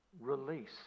release